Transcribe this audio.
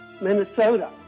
Minnesota